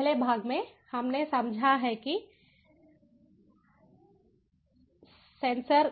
पहले भाग में हमने समझा है कि सेंसर